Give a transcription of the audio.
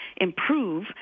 improve